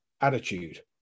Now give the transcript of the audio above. attitude